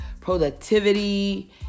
productivity